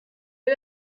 est